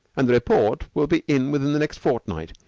and the report will be in within the next fortnight.